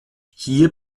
hier